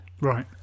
Right